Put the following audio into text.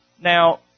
Now